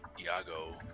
Iago